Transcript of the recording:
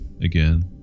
again